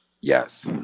Yes